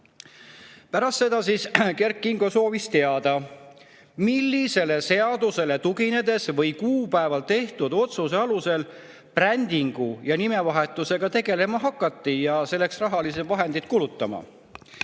Pärast seda Kert Kingo soovis teada, millisele seadusele tuginedes või mis kuupäeval tehtud otsuse alusel brändingu ja nimevahetusega tegelema ja selleks rahalisi vahendeid kulutama